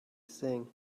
thing